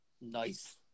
Nice